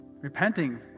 Repenting